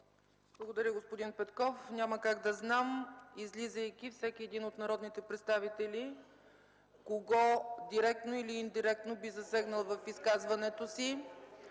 Благодаря, господин Петков – няма как да знам, излизайки, всеки един от народните представители кого директно или индиректно би засегнал в изказването си.